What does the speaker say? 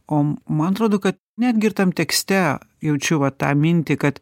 o man atrodo kad net girtam tekste jaučiu va tą mintį kad